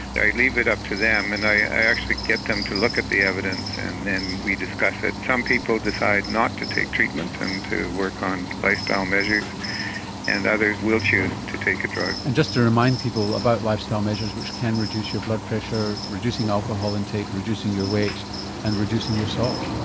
i leave it up to them and i actually get them to look at the evidence and then we discuss it and some people decide not to take the treatment and to work on lifestyle measures and others will choose to take a drug. and just to remind people about lifestyle measures which can reduce your blood pressure reducing alcohol intake, reducing your weight and reducing your salt.